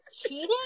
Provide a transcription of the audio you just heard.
cheating